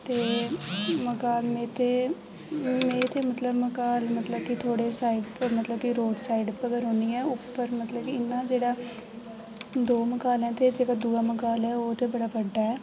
ते में ते मगाल में ते में ते मतलब मगाल मतलब कि थोह्डे़ साइड पर मतलब की रोड साइड उप्पर गै रौह्न्नी आं उप्पर मतलब की इ'न्ना जेह्ड़ा दो मगाल ऐ जेह्का दूआ मगाल ऐ ओह् ते बड़ा बड्डा ऐ